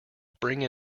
bring